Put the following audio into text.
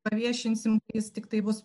paviešinsim jis tiktai bus